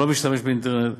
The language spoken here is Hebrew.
שלא משתמש באינטרנט,